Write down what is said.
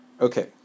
Okay